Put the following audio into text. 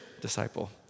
disciple